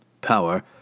Power